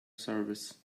service